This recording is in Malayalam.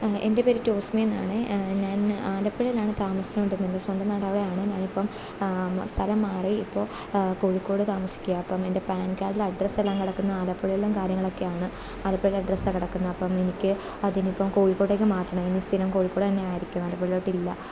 എൻ്റെ പേര് ടോസ്മി എന്നാണ് ഞാൻ ആലപ്പുഴയിലാണ് താമസിച്ചുകൊണ്ടിരിക്കുന്നത് സ്വന്തം നാട് അവിടെയാണ് ഞാനിപ്പം സ്ഥലം മാറി ഇപ്പോൾ കോഴിക്കോട് താമസിക്കുകയാണ് അപ്പം എൻ്റെ പാൻ കാർഡിലെ അഡ്രസ്സെല്ലാം കിടക്കുന്നത് ആലപ്പുഴയിലും കാര്യങ്ങളൊക്കെയാണ് ആലപ്പുഴ അഡ്രസ്സാണ് കിടക്കുന്നത് അപ്പം എനിക്ക് അതിനിപ്പം കോഴിക്കോട്ടേക്ക് മാറ്റണം എനി സ്ഥിരം കോഴിക്കോട് തന്നെയായിരിക്കും ആലപ്പുഴയിലോട്ടില്ല